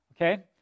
Okay